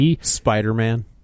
Spider-Man